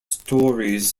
stories